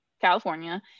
California